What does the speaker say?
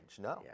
No